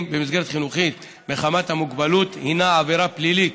במסגרת החינוכית מחמת המוגבלות הינה עבירה פלילית,